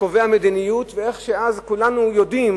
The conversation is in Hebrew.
הקובע מדיניות, ואז איך כולנו יודעים